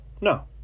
No